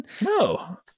No